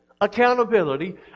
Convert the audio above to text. accountability